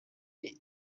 ari